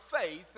faith